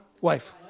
Wife